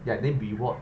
ya then reward